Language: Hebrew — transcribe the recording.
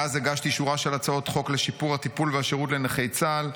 מאז הגשתי שורה של הצעות חוק לשיפור הטיפול והשירות לנכי צה"ל,